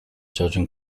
georgian